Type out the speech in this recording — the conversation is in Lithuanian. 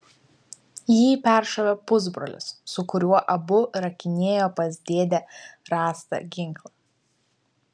jį peršovė pusbrolis su kuriuo abu rakinėjo pas dėdę rastą ginklą